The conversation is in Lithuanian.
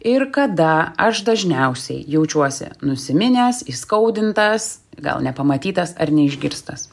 ir kada aš dažniausiai jaučiuosi nusiminęs įskaudintas gal nepamatytas ar neišgirstas